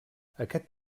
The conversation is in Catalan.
aquest